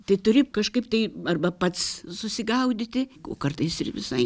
tai turi kažkaip tai arba pats susigaudyti o kartais ir visai